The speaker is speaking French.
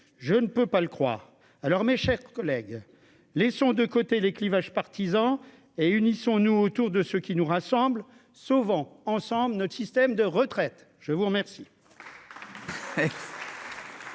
je ne peux pas le croire alors, mes chers collègues, laissons de côté les clivages partisans et unissons-nous autour de ce qui nous rassemble souvent ensemble notre système de retraite, je vous remercie.